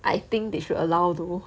I think they should allow though